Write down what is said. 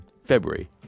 February